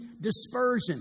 dispersion